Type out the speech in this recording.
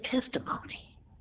testimony